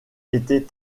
étaient